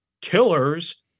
killers